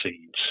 seeds